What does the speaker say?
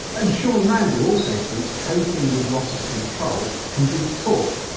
and sean randall also thinks coping with loss of control can be taught.